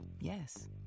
yes